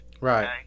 Right